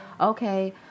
okay